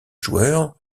joueurs